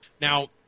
Now